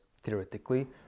theoretically